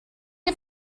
get